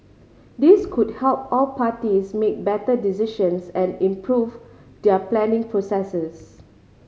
this could help all parties make better decisions and improve their planning processes